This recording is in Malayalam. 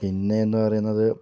പിന്നെയെന്ന് പറയുന്നത്